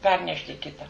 pernešti į kitą